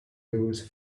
loose